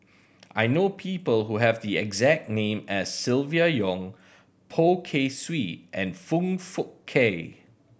I know people who have the exact name as Silvia Yong Poh Kay Swee and Foong Fook Kay